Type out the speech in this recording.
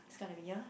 skydiving ya